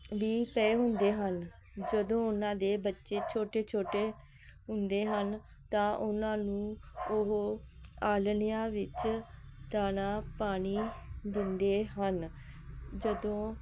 ਵੀ ਪਏ ਹੁੰਦੇ ਹਨ ਜਦੋਂ ਉਹਨਾਂ ਦੇ ਬੱਚੇ ਛੋਟੇ ਛੋਟੇ ਹੁੰਦੇ ਹਨ ਤਾਂ ਉਹਨਾਂ ਨੂੰ ਉਹ ਆਲ੍ਹਣਿਆ ਵਿੱਚ ਦਾਣਾਂ ਪਾਣੀ ਦਿੰਦੇ ਹਨ ਜਦੋਂ